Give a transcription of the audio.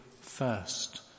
first